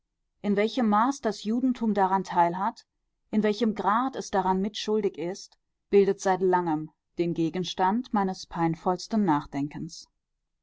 in welchem maß das judentum daran teil hat in welchem grad es daran mitschuldig ist bildet seit langem den gegenstand meines peinvollsten nachdenkens